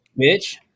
bitch